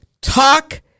talk